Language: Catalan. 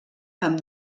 amb